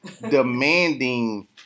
demanding